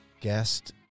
guest